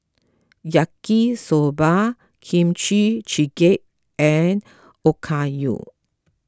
Yaki Soba Kimchi Jjigae and Okayu